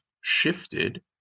shifted